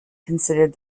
considered